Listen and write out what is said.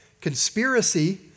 conspiracy